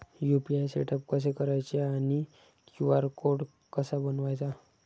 UPI setup कसे करायचे आणि क्यू.आर कोड कसा बनवायचा?